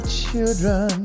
children